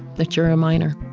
that you're a miner